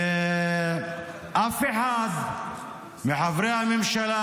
ואף אחד מחברי הממשלה,